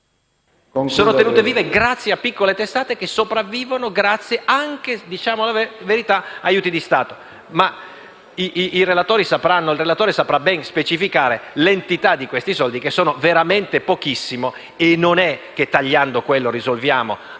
sono tenute vive da piccole testate che sopravvivono grazie anche - diciamo la verità - agli aiuti di Stato. Il relatore saprà ben specificare l'entità di questi soldi, che sono veramente pochissimi; non è tagliando quelli che risolviamo